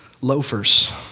loafers